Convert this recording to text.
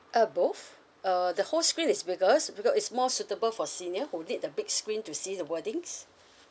uh both uh the whole screen is because becau~ is more suitable for senior who need the big screen to see the wordings